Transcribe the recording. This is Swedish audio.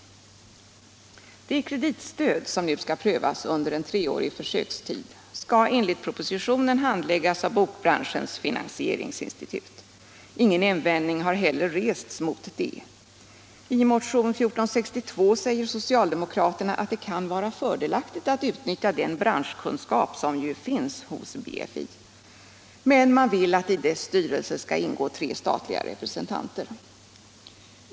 Det kreditstöd som nu skall prövas under en treårig försökstid skall enligt propositionen handläggas av Bokbranschens finansieringsinstitut. Ingen invändning har rests mot detta. I motion 1462 säger socialdemokraterna att det kan vara fördelaktigt att utnyttja den branschkunskap som finns hos BFI, men man vill att i dess styrelse skall ingå tre statliga representanter.